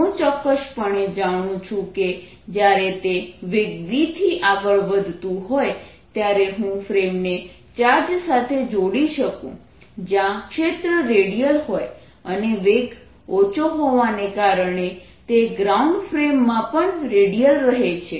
હું ચોક્કસપણે જાણું છું કે જયારે તે વેગ v થી આગળ વધતું હોય ત્યારે હું ફ્રેમને ચાર્જ સાથે જોડી શકું જયાં ક્ષેત્ર રેડિયલ હોય અને વેગ ઓછો હોવાને કારણે તે ગ્રાઉન્ડ ફ્રેમમાં પણ રેડિયલ રહે છે